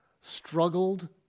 struggled